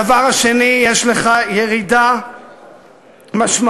הדבר השני, יש לך ירידה משמעותית